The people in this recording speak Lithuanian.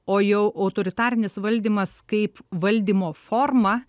o jau autoritarinis valdymas kaip valdymo forma